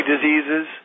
diseases